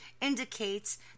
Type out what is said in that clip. indicates